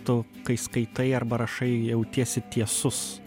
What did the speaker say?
tu kai skaitai arba rašai jautiesi tiesus